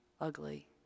ugly